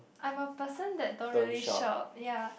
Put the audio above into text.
I am a person that don't really shop ya